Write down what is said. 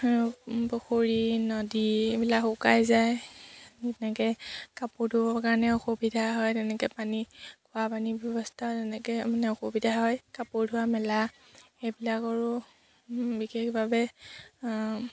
পুখুৰী নদী এইবিলাক শুকাই যায় তেনেকৈ কাপোৰ ধুবৰ কাৰণে অসুবিধা হয় তেনেকৈ পানী খোৱা পানীৰ ব্যৱস্থা তেনেকৈ মানে অসুবিধা হয় কাপোৰ ধোৱা মেলা সেইবিলাকৰো বিশেষভাৱে